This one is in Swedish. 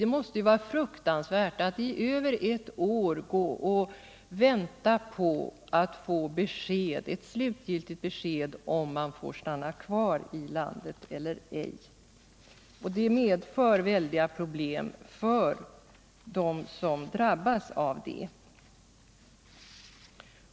Det måste vara fruktansvärt att i över ett år gå och vänta på att få ett slutgiltigt besked huruvida man får stanna kvar i landet eller ej. Det medför väldiga problem för dem som drabbas av det.